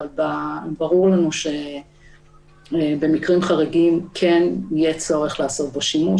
אבל ברור לנו שבמקרים חריגים כן יהיה צורך לעשות בו שימוש,